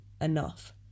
enough